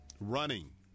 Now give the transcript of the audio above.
running